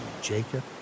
Jacob